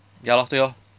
ya lor 对 orh